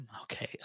okay